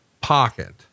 pocket